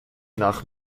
nach